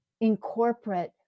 incorporate